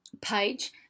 page